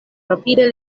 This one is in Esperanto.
rapide